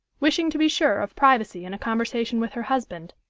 wishing to be sure of privacy in a conversation with her husband,